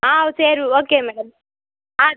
ஆ சரி okay madam ஆ